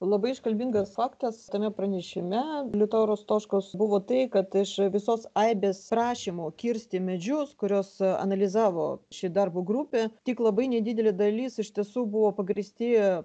labai iškalbingas faktas tame pranešime liutauro stoškaus buvo tai kad iš visos aibės prašymų kirsti medžius kuriuos analizavo ši darbo grupė tik labai nedidelė dalis iš tiesų buvo pagrįsti